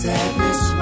Sadness